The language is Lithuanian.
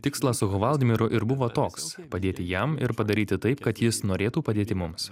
tikslas su hvaldimiru ir buvo toks padėti jam ir padaryti taip kad jis norėtų padėti mums